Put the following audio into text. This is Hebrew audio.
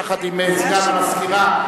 יחד עם סגן המזכירה,